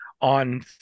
on